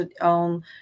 on